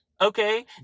okay